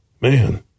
Man